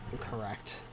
Correct